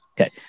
Okay